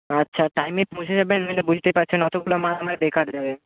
আচ্ছা টাইমে পৌঁছে যাবেন নইলে বুঝতেই পাচ্ছেন অতগুলো মাল আমার বেকার যাবে